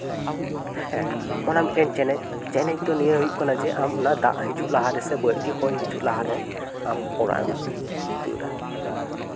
ᱦᱮᱸ ᱚᱱᱟ ᱢᱤᱫᱴᱮᱱ ᱪᱮᱞᱮᱧᱡᱽ ᱪᱮᱞᱮᱧᱡᱽ ᱫᱚ ᱱᱤᱭᱟᱹ ᱦᱩᱭᱩᱜ ᱠᱟᱱᱟ ᱡᱮ ᱟᱢ ᱚᱱᱟ ᱫᱟᱜ ᱦᱤᱡᱩᱜ ᱞᱟᱦᱟ ᱨᱮ ᱥᱮ ᱵᱟᱹᱨᱰᱩ ᱦᱚᱭ ᱦᱤᱡᱩᱜ ᱞᱟᱦᱟᱨᱮ ᱟᱢ ᱚᱲᱟᱜ ᱮᱢ ᱫᱟᱹᱲᱟ